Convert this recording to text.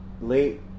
late